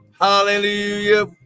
Hallelujah